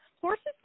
Horses